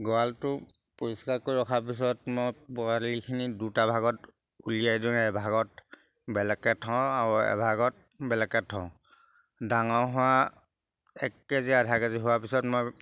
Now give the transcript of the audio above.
গড়ালটো পৰিষ্কাৰ কৰি ৰখাৰ পিছত মই পোৱালিখিনিক দুটা ভাগত উলিয়াই দিওঁ এভাগত বেলেগকৈ থওঁ আৰু এভাগত বেলেগকৈ থওঁ ডাঙৰ হোৱা এক কে জি আধা কে জি হোৱাৰ পিছত মই